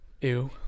Ew